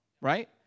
right